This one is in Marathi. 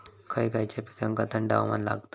खय खयच्या पिकांका थंड हवामान लागतं?